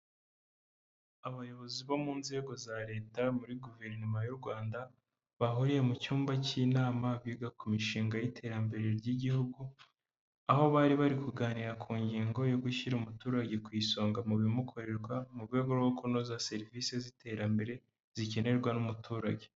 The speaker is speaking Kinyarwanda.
Abayobozi bo mu nzego za Leta muri Guverinoma y'u Rwanda bahuriye mu cyumba cy'inama biga ku mishinga y'iterambere ry'Igihugu. Aho bari bari kuganira ku ngingo yo gushyira umuturage ku isonga mu bimukorerwa mu rwego rwo kunoza serivisi z'iterambere zikenerwa n'umuturage.